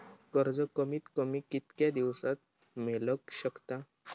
कर्ज कमीत कमी कितक्या दिवसात मेलक शकता?